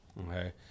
Okay